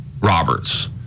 Roberts